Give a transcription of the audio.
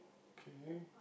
K